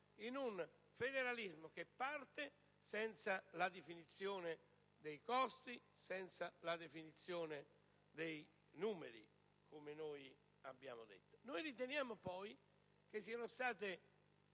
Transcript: in un federalismo che parta senza la definizione dei costi, senza la definizione dei numeri, come noi abbiamo sottolineato. Riteniamo inoltre che siano state